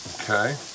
Okay